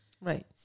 Right